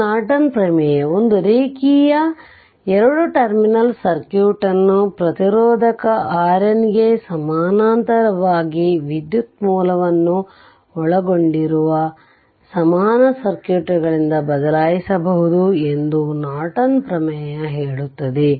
ಇದು ನಾರ್ಟನ್ ಪ್ರಮೇಯ ಒಂದು ರೇಖೀಯ 2 ಟರ್ಮಿನಲ್ ಸರ್ಕ್ಯೂಟ್ ಅನ್ನು ಪ್ರತಿರೋಧಕ Rn ಗೆ ಸಮಾನಾಂತರವಾಗಿ ವಿದ್ಯುತ್ ಮೂಲ In ಅನ್ನು ಒಳಗೊಂಡಿರುವ ಸಮಾನ ಸರ್ಕ್ಯೂಟ್ಗಳಿಂದ ಬದಲಾಯಿಸಬಹುದು ಎಂದು ನಾರ್ಟನ್ ಪ್ರಮೇಯ ಹೇಳುತ್ತದೆ